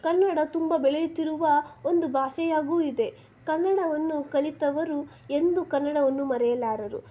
ಕನ್ನಡ ತುಂಬ ಬೆಳೆಯುತ್ತಿರುವ ಒಂದು ಭಾಷೆಯಾಗೂ ಇದೆ ಕನ್ನಡವನ್ನು ಕಲಿತವರು ಎಂದೂ ಕನ್ನಡವನ್ನು ಮರೆಯಲಾರರು